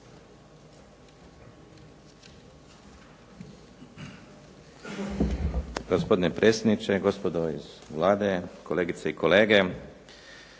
Hvala vam.